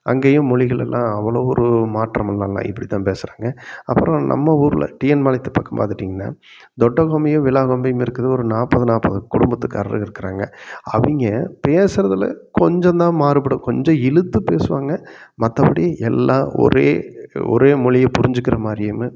அங்கேயும் மொழிகளெல்லாம் அவ்வளோ ஒரு மாற்றமெல்லாம் இல்லை இப்படிதான் பேசுகிறாங்க அப்புறம் நம்ம ஊரில் டிஎன் பாளையத்து பக்கம் பார்த்துட்டிங்கன்னா தொட்ட கொம்பியும் விலா கொம்பியும் இருக்குது ஒரு நாற்பது நாற்பது குடும்பத்துகாரர்கள் இருக்கிறாங்க அவங்க பேசுகிறதுல கொஞ்சம்தான் மாறுபடும் கொஞ்சம் இழுத்து பேசுவாங்க மற்றபடி எல்லாம் ஒரே ஒரே மொழிய புரிஞ்சுக்கிற மாதிரின்னு